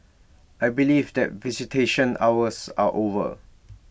I believe that visitation hours are over